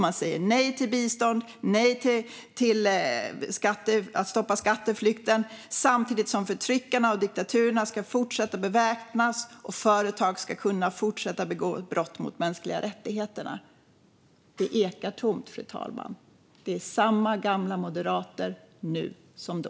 Man säger nej till bistånd och nej till att stoppa skatteflykten, samtidigt som förtryckarna och diktaturerna ska fortsätta att beväpnas och företag ska kunna fortsätta att begå brott mot de mänskliga rättigheterna. Det ekar tomt, fru talman. Det är samma gamla moderater nu som då.